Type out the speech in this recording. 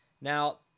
Now